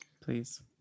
please